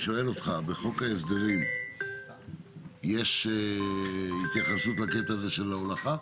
בחוק ההסדרים יש התייחסות לקטע הזה של ההולכה?